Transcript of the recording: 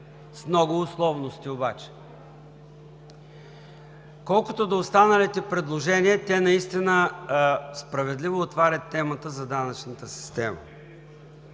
с много условности обаче. Колкото до останалите предложения, те наистина справедливо отварят темата за данъчната система.